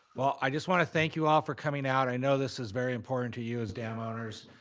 well, i just wanna thank you all for coming out. i know this is very important to you as dam owners.